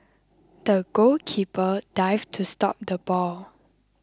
the goalkeeper dived to stop the ball